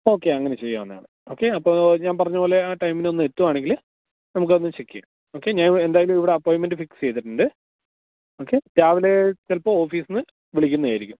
okay അങ്ങനെ ചെയ്യാവുന്നതാണ് okay അപ്പോള് ഞാന് പറഞ്ഞതുപോലെ ആ ടൈമിനൊന്ന് എത്തുകയാണെങ്കില് നമുക്കതൊന്ന് ചെക്ക് ചെയ്യാം ഓക്കേ ഞാനെന്തായാലും ഇവിടെ അപ്പോയ്ൻമെൻറ്റ് ഫിക്സ് ചെയ്തിട്ടുണ്ട് ഓക്കെ രാവിലെ ചിലപ്പോള് ഓഫീസില് നിന്ന് വിളിക്കുന്നതായിരിക്കും